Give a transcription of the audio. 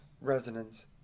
resonance